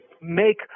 make